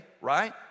right